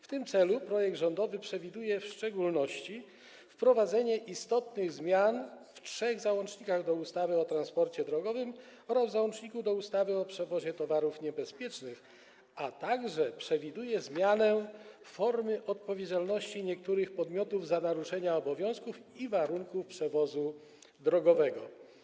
W tym celu projekt rządowy przewiduje w szczególności wprowadzenie istotnych zmian w trzech załącznikach do ustawy o transporcie drogowym oraz w załączniku do ustawy o przewozie towarów niebezpiecznych, a także przewiduje zmianę formy odpowiedzialności niektórych podmiotów za naruszenia obowiązków i warunków przewozu drogowego.